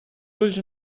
ulls